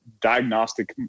diagnostic